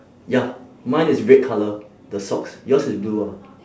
ya mine is red colour the socks yours is blue ah